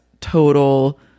total